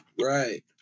Right